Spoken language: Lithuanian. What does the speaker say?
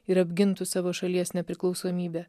ir apgintų savo šalies nepriklausomybę